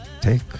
take